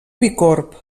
bicorb